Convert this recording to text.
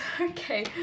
Okay